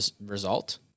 result